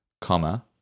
comma